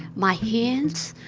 my hands,